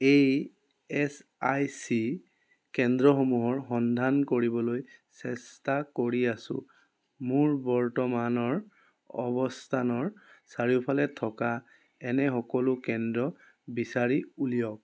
A S I C কেন্দ্ৰসমূহৰ সন্ধান কৰিবলৈ চেষ্টা কৰি আছোঁ মোৰ বৰ্তমানৰ অৱস্থানৰ চাৰিওফালে থকা এনে সকলো কেন্দ্ৰ বিচাৰি উলিয়াওক